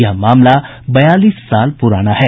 यह मामला बयालीस साल पुराना है